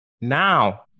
Now